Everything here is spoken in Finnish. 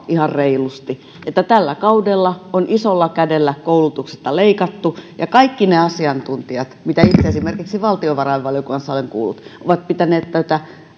ihan reilusti että tällä kaudella on isolla kädellä koulutuksesta leikattu kaikki ne asiantuntijat joita itse esimerkiksi valtiovarainvaliokunnassa olen kuullut ovat pitäneet tällaisia isoja leikkauksia koulutukseen